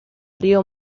río